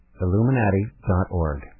Illuminati.org